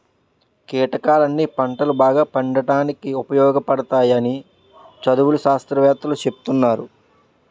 కీటకాలన్నీ పంటలు బాగా పండడానికి ఉపయోగపడతాయని చదువులు, శాస్త్రవేత్తలూ సెప్తున్నారు